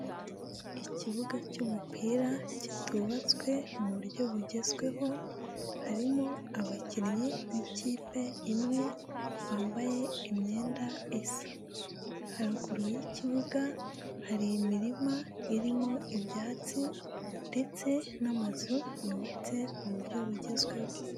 Ikibuga cy'umupira kitubatswe mu buryo bugezweho harimo abakinnyi b'ikipe imwe bambaye imyenda isa haruguru y'ikibuga, hari imirima irimo ibyatsi ndetse n'amazu yubatse mu buryo bugezweho.